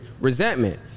resentment